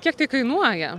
kiek tai kainuoja